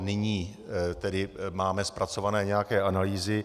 Nyní tedy máme zpracované nějaké analýzy.